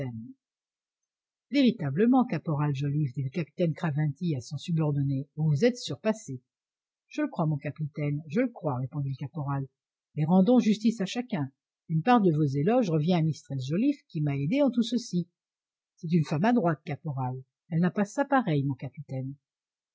véritablement caporal joliffe dit le capitaine craventy à son subordonné vous vous êtes surpassé je le crois mon capitaine je le crois répondit le caporal mais rendons justice à chacun une part de vos éloges revient à mistress joliffe qui m'a aidé en tout ceci c'est une femme adroite caporal elle n'a pas sa pareille mon capitaine